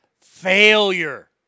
Failure